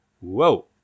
Whoa